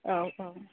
औ औ